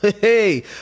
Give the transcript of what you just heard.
Hey